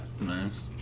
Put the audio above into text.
Nice